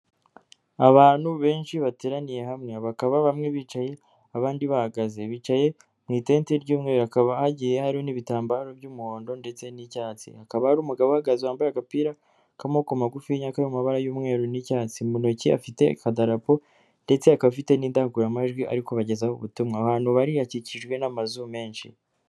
Abantu benshi bateraniye hamwe. Bakaba bamwe bicaye abandi bahagaze. Bicaye mu itente ry'umweru. Hakaba hagiye hariho n'ibitambaro by'umuhondo ndetse n'icyatsi. Hakaba hari umugabo uhagaze wambaye agapira k'amaboko magufinya kari mu mabara y'umweru n'icyatsi. Mu ntoki afite akadarapo ndetse akaba afite n'indangururamajwi ari kubagezaho ubutumwa. Aho hantu bari hakikijwe n'amazu menshi.